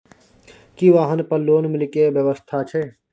की वाहन पर लोन मिले के व्यवस्था छै?